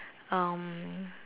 um